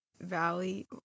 Valley